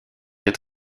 est